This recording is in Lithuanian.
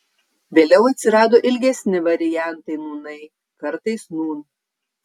vėliau atsirado ilgesni variantai nūnai kartais nūn